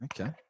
Okay